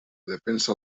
defensa